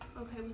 Okay